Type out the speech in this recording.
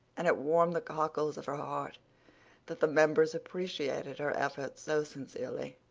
and it warmed the cockles of her heart that the members appreciated her efforts so sincerely.